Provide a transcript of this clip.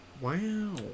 wow